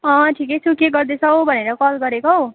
अँ ठिकै छु के गर्दैछौ भनेर कल गरेको हौ